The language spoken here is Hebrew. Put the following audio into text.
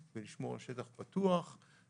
הלילה, מספר המועדים האלה עולה מדי כמה שנים.